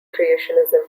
creationism